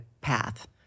path